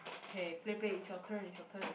okay play play it's your turn it's your turn